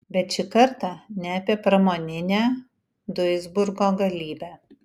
bet šį kartą ne apie pramoninę duisburgo galybę